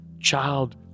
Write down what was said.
child